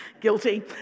Guilty